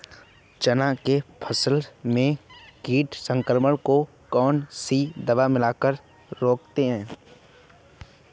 चना के फसल में कीट संक्रमण को कौन सी दवा मिला कर रोकते हैं?